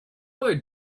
other